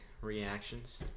reactions